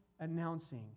announcing